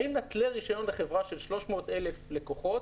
האם נתלה רישיון של 300,000 לקוחות